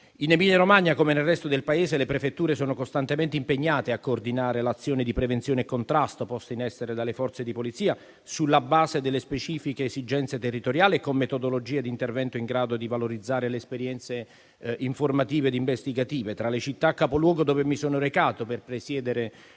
In Emilia-Romagna, come nel resto del Paese, le prefetture sono costantemente impegnate a coordinare l'azione di prevenzione e contrasto poste in essere dalle Forze di polizia sulla base delle specifiche esigenze territoriali e con metodologie di intervento in grado di valorizzare le esperienze informative e investigative. Tra le città capoluogo dove mi sono recato per presiedere